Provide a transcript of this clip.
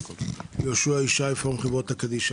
יהושע ישי, פורום חברות הקדישא.